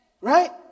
Right